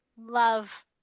love